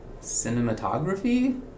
cinematography